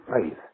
faith